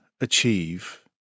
achieve